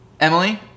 Emily